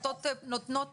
נותנות